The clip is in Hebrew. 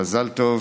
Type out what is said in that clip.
מזל טוב,